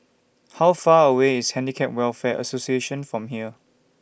How Far away IS Handicap Welfare Association from here